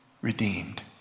redeemed